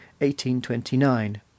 1829